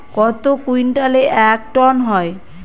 কত কুইন্টালে এক টন হয়?